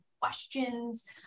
questions